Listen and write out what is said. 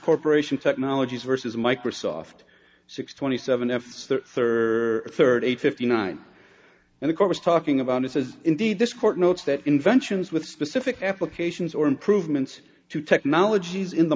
corporation technologies versus microsoft six twenty seven f s the third thirty eight fifty nine and of course talking about it is indeed this court notes that inventions with specific applications or improvements to technologies in the